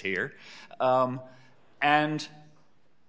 here and